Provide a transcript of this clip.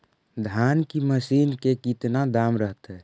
धान की मशीन के कितना दाम रहतय?